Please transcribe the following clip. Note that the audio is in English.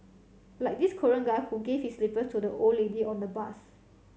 like this Korean guy who gave his slippers to the old lady on the bus